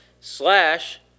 slash